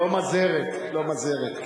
לא מזהרת, לא מזהרת.